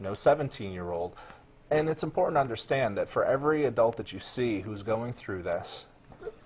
know seventeen year old and it's important understand that for every adult that you see who's going through this